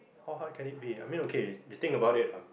how hard can it be I mean okay you think about it ah